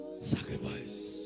Sacrifice